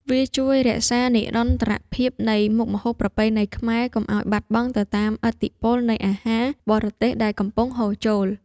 វាជួយរក្សានិរន្តរភាពនៃមុខម្ហូបប្រពៃណីខ្មែរ កុំឱ្យបាត់បង់ទៅតាមឥទ្ធិពលនៃអាហារបរទេសដែលកំពុងហូរចូល។